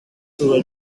through